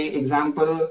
example